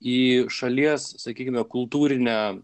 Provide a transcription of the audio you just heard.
į šalies sakykime kultūrinę